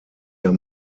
der